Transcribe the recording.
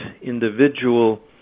individual